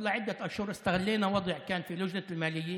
לפני כמה חודשים ניצלנו מצב שהיה בוועדת הכספים,